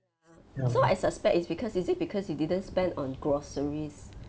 so I suspect is because is it because you didn't spend on groceries